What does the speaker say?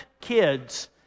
kids